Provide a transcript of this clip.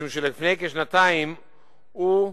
משום שלפני כשנתיים הוא,